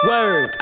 Word